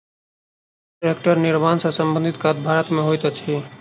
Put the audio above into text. टेक्टरक निर्माण सॅ संबंधित काज भारत मे होइत अछि